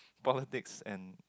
politics and